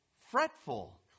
fretful